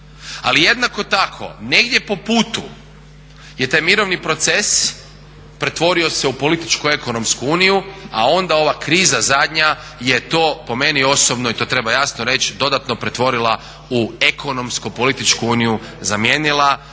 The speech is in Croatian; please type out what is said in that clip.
Ali jednako tako negdje po putu je taj mirovini proces pretvorio se u političko-ekonomsku uniju, a onda ova kriza zadnja je to po meni osobno i to treba jasno reći dodatno pretvorila u ekonomsko-političku uniju zamijenila